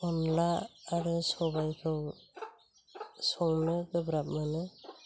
अनद्ला आरो सबायखौ संनो गोब्राब मोनो